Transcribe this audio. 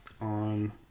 on